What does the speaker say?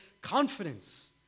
confidence